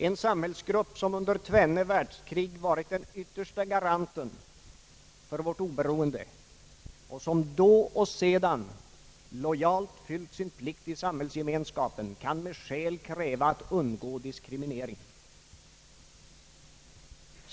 En samhällsgrupp som under tvenne världskrig varit den yttersta garanten för vårt oberoende och som då och sedan lojalt fyllt sin plikt i samhällsgemenskapen kan med skäl kräva att undgå diskriminering.